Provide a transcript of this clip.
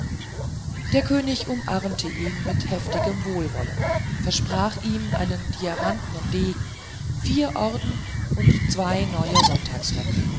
der könig umarmte ihn mit heftigem wohlwollen versprach ihm einen diamantnen degen vier orden und zwei neue